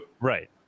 Right